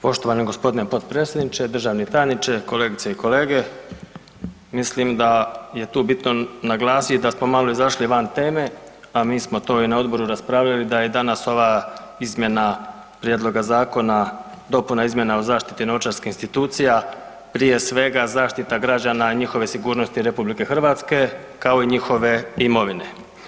Poštovani gospodine potpredsjedniče, državni tajniče, kolegice i kolege, mislim da je tu bitno naglasiti da smo malo izašli van teme, a mi smo to i na odboru raspravljali da je danas ova izmjena prijedloga zakona, dopuna izmjene o zaštiti novčarskih institucija prije svega zaštita građana i njihove sigurnosti RH kao i njihove imovine.